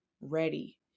ready